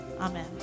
Amen